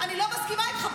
אני לא מסכימה איתך.